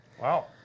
Wow